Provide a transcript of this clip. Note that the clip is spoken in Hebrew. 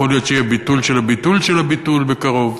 יכול להיות שיהיה ביטול של הביטול של הביטול בקרוב,